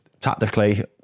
tactically